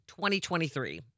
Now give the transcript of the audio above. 2023